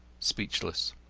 speechless.